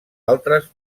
altres